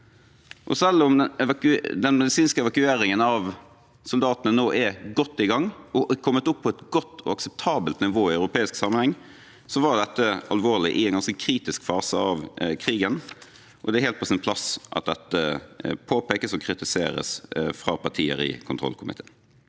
Selv om den medisinske evakueringen av soldatene nå er godt i gang og har kommet opp på et godt og akseptabelt nivå i europeisk sammenheng, var dette alvorlig i en ganske kritisk fase av krigen, og det er helt på sin plass at dette påpekes og kritiseres fra partier i kontrollkomiteen.